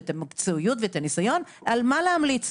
את המקצועיות ואת הניסיון על מה להמליץ.